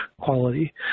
quality